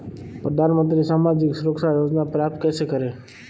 प्रधानमंत्री सामाजिक सुरक्षा योजना प्राप्त कैसे करें?